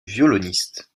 violoniste